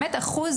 אחוז